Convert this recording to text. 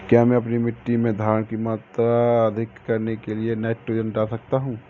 क्या मैं अपनी मिट्टी में धारण की मात्रा अधिक करने के लिए नाइट्रोजन डाल सकता हूँ?